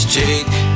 take